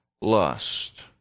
lust